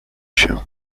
się